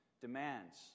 demands